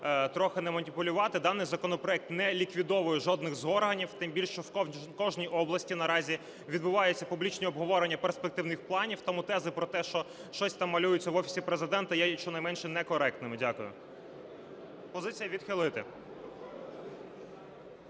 трохи не маніпулювати. Даний законопроект не ліквідовує жодних з органів, тим більше в кожній області наразі відбуваються публічні обговорення перспективних планів, тому тези про те, що щось там малюється в офісі Президента є, щонайменше, некоректними. Дякую. Позиція – відхилити.